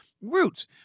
Roots